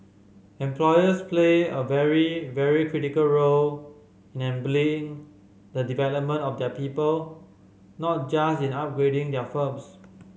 employers play a very very critical role in enabling the development of their people not just in upgrading their firms